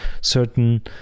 certain